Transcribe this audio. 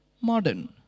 modern